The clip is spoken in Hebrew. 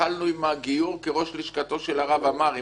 כשהתחלנו עם הגיור כראש לשכתו של הרב עמר,